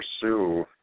pursue